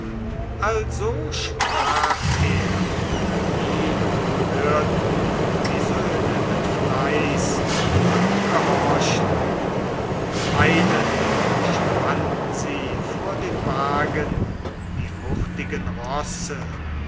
also sprach er ihn hörten die söhne mit fleiß und gehorchten eilend spannten sie vor den wagen die hurtigen rosse